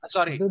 Sorry